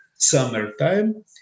Summertime